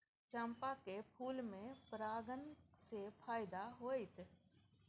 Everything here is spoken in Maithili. चंपा के फूल में परागण से फायदा होतय?